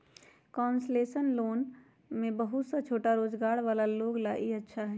concessional loan में बहुत सा छोटा रोजगार वाला लोग ला ई अच्छा हई